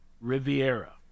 Riviera